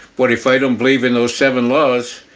but if i don't believe in those seven laws,